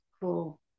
cool